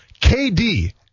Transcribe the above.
KD